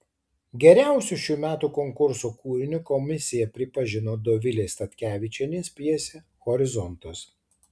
geriausiu šių metų konkurso kūriniu komisija pripažino dovilės statkevičienės pjesę horizontas